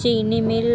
चीनी मिल